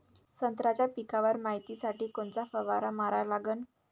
संत्र्याच्या पिकावर मायतीसाठी कोनचा फवारा मारा लागन?